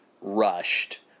rushed